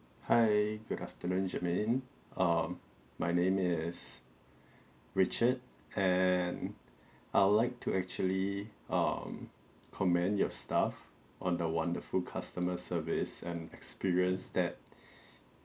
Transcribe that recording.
hi good afternoon jermaine um my name is richard and I would like to actually um commend your staff on the wonderful customer service and experience that